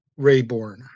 Rayborn